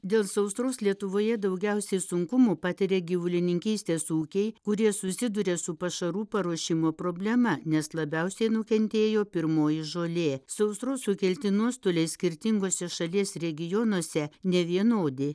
dėl sausros lietuvoje daugiausiai sunkumų patiria gyvulininkystės ūkiai kurie susiduria su pašarų paruošimo problema nes labiausiai nukentėjo pirmoji žolė sausros sukelti nuostoliai skirtinguose šalies regionuose nevienodi